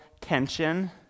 tension